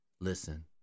listen